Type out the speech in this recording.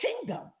kingdom